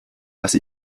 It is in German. lasse